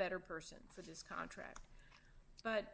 better person for this contract but